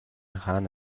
хаана